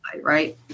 right